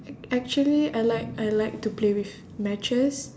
ac~ actually I like I like to play with matches